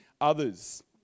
others